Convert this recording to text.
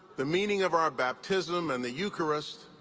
the meaning of our baptism and the eucharist,